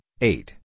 eight